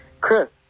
Chris